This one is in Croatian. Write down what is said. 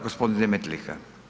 G. Demetlika.